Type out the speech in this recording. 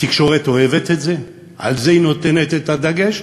התקשורת אוהבת את זה, על זה היא נותנת את הדגש,